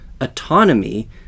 autonomy